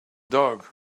dog